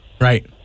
right